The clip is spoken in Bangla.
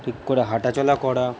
ঠিক করে হাঁটাচলা করা